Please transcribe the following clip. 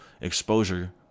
exposure